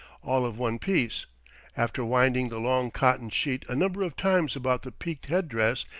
all of one piece after winding the long cotton sheet a number of times about the peaked head-dress,